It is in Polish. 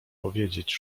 powiedzieć